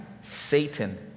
Satan